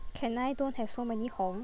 can I don't have so many 红